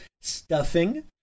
stuffing